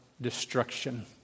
destruction